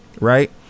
right